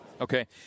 Okay